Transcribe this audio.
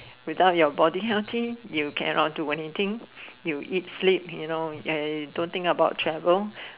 without your body healthy you cannot do thing you eat sleep you know don't think about travel